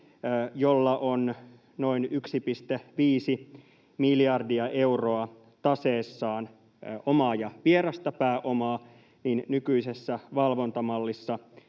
jolla on noin 1,5 miljardia euroa taseessaan omaa ja vierasta pääomaa: nykyisessä valvontamallissa,